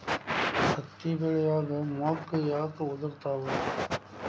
ಹತ್ತಿ ಬೆಳಿಯಾಗ ಮೊಗ್ಗು ಯಾಕ್ ಉದುರುತಾವ್?